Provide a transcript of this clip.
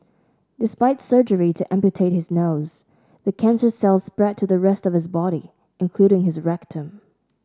despite surgery to amputate his nose the cancer cells spread to the rest of his body including his rectum